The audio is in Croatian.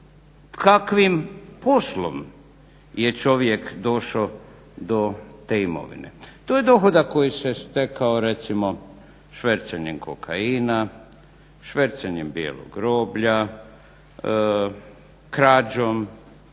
kakvim poslom je čovjek došao do te imovine. To je dohodak koji se stekao recimo švercanjem kokaina, švercanjem bijelog roblja, krađom,